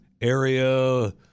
area